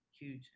huge